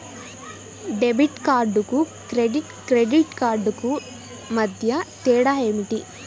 Debit కార్డుకు credit credit కార్డుకు మధ్య తేడా ఏమిటీ?